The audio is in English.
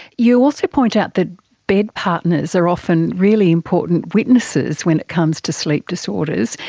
you also point out that bed partners are often really important witnesses when it comes to sleep disorders.